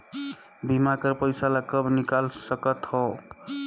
बीमा कर पइसा ला कब निकाल सकत हो?